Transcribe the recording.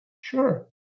Sure